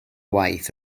waith